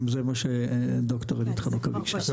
אם זה מה שד"ר עידית חנוכה בקשה,